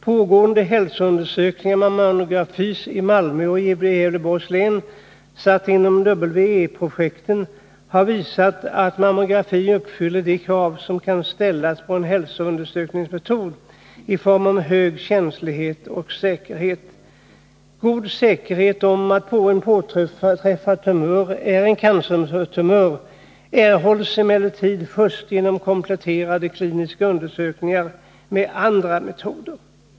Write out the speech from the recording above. Pågående hälsoundersökningar med mammografi i Malmö och i Gävleborgs län samt inom W-E-projektet har visat att mammografi uppfyller de krav i fråga om hög känslighet och säkerhet som kan ställas på en hälsoundersökningsmetod. God säkerhet om att en påträffad tumör är en cancertumör erhålls emellertid först genom kompletterande kliniska undersökningar med andra metoder.